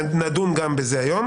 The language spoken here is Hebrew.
נדון היום גם בזה.